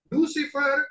Lucifer